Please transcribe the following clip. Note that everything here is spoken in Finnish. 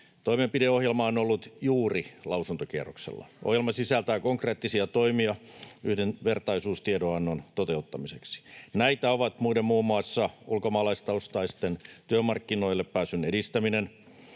Toimenpideohjelma on ollut juuri lausuntokierroksella. Ohjelma sisältää konkreettisia toimia yhdenvertaisuustiedonannon toteuttamiseksi. Näitä ovat muiden muassa ulkomaalaistaustaisten työmarkkinoille pääsyn edistäminen,